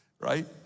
Right